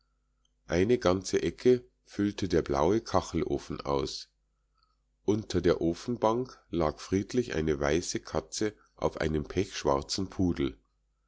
eine ganze ecke füllte der blaue kachelofen aus unter der ofenbank lag friedlich eine weiße katze auf einem pechschwarzen pudel